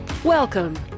Welcome